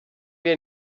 wir